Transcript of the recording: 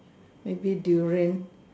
maybe durian